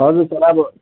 हजुर सर अब